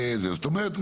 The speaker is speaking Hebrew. זאת אומרת,